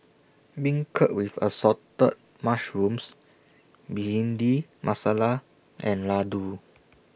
Beancurd with Assorted Mushrooms Bhindi Masala and Laddu